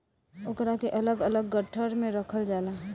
ओकरा के अलग अलग गट्ठर मे रखल जाला